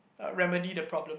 remedy the problems